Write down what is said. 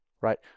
right